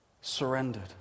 surrendered